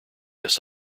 this